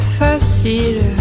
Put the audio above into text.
facile